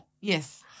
Yes